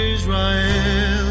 Israel